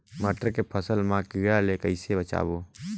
मटर के फसल मा कीड़ा ले कइसे बचाबो?